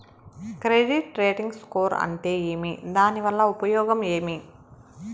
Credit rating score అంటే ఏమి దాని వల్ల ఉపయోగం ఏమి?